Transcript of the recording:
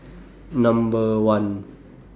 Number one